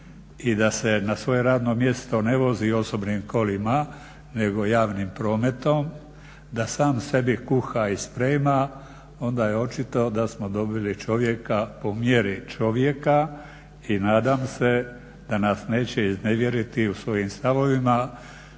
i da se na svoje radno mjesto ne vozi osobnim kolima nego javnim prometom, da sam sebi kuha i sprema onda je očito da smo dobili čovjeka po mjeri čovjeka i nadam se da nas neće iznevjeriti u svojim stavovi